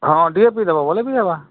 ହଁ ଟିକେ ପିଇଦେବ ବୋଲେ ପିଇଦେବା